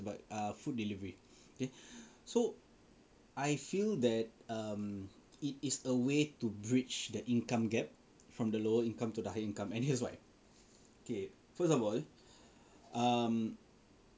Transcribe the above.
but err food delivery eh so I feel that um it is a way to bridge the income gap from the lower income to the higher income and here is why okay first of all um